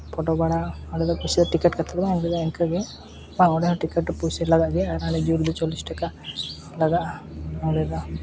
photo ᱵᱟᱲᱟ ᱚᱸᱰᱮ ᱫᱚ ᱯᱩᱭᱥᱟᱹ ᱴᱤᱠᱤᱴ ᱠᱟᱛᱮᱫ ᱫᱚ ᱵᱟᱝ ᱞᱟᱜᱟᱜᱼᱟ ᱚᱸᱰᱮ ᱫᱚ ᱤᱱᱠᱟᱹ ᱜᱮ ᱵᱟᱝ ᱚᱸᱰᱮ ᱦᱚᱸ ᱴᱤᱠᱤᱴ ᱯᱩᱭᱥᱟᱹ ᱞᱟᱜᱟᱜ ᱜᱮᱭᱟ ᱟᱹᱰᱤ ᱡᱳᱨ ᱜᱮ ᱪᱚᱞᱞᱤᱥ ᱴᱟᱠᱟ ᱞᱟᱜᱟᱜᱼᱟ ᱚᱸᱰᱮ ᱫᱚ